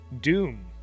Doom